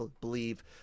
believe